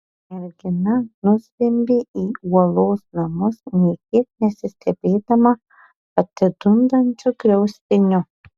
mergina nuzvimbė į uolos namus nė kiek nesistebėdama atidundančiu griaustiniu